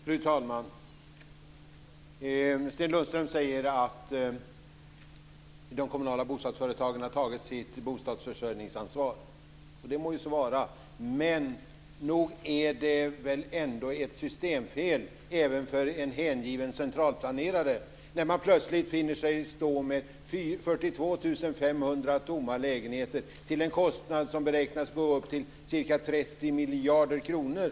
Fru talman! Sten Lundström säger att de kommunala bostadsföretagen har tagit sitt bostadsförsörjningsansvar. Det må så vara, men nog är det väl ändå ett systemfel även för en hängiven centralplanerare när man plötsligt finner sig stå med 42 500 tomma lägenheter till en kostnad som beräknas gå upp till ca 30 miljarder kronor.